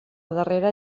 darrera